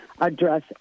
address